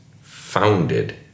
founded